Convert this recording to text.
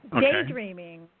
daydreaming